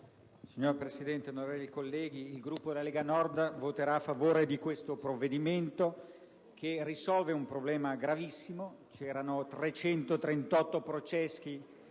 Signor Presidente, onorevoli colleghi, il Gruppo della Lega Nord voterà a favore di questo provvedimento, che risolve un problema gravissimo. Erano 338 i processi